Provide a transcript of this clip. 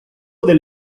del